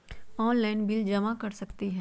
Online bill जमा कर सकती ह?